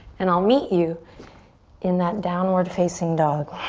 and i'll meet you in that downward facing dog.